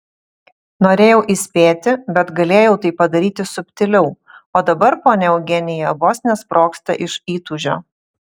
norėjau įspėti bet galėjau tai padaryti subtiliau o dabar ponia eugenija vos nesprogsta iš įtūžio